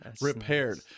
repaired